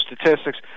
statistics